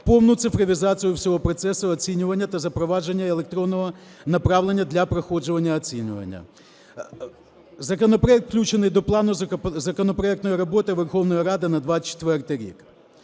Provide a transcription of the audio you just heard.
повну цифровізацію всього процесу оцінювання та запровадження електронного направлення для проходження оцінювання. Законопроект включений до плану законопроектної роботи Верховної Ради на 2024 рік.